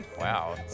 Wow